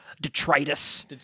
detritus